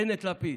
בנט-לפיד.